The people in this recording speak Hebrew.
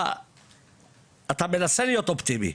אתה מנסה להיות אופטימי,